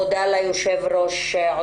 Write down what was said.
אני מודה ליושב-ראש הוועדה,